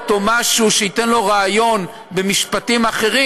או משהו שייתן לו רעיון במשפטים אחרים,